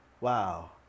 wow